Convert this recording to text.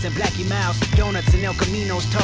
and you know donuts in el caminos,